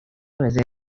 رزرو